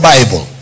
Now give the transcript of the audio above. Bible